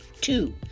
Two